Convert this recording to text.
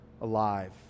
alive